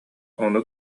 ону